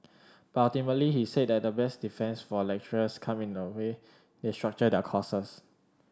but ultimately he said that the best defence for lecturers come in the way they structure their courses